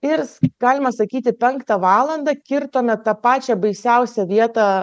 ir galima sakyti penktą valandą kirtome tą pačią baisiausią vietą